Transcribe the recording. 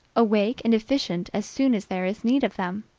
awake and efficient, as soon as there is need of them.